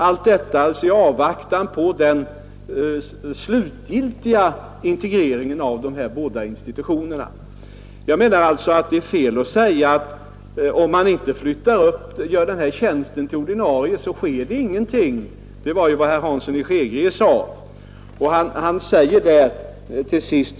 Allt detta sker i avvaktan på den slutgiltiga integreringen av de båda institutionerna. Jag menar alltså att det är fel att säga att ingenting görs, om man inte ombildar den här tjänsten till ordinarie. Men det var vad herr Hansson i Skegrie ville påstå.